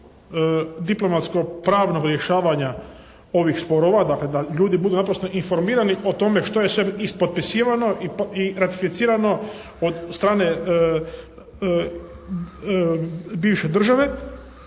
diplomatskog pravnog rješavanja ovih sporova, dakle da ljudi budu naprosto informirano o tome što je sve ispotpisivano i ratificirano od strane bivše države